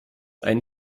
einen